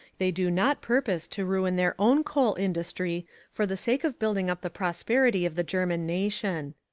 they do not purpose to ruin their own coal industry for the sake of building up the prosperity of the german nation.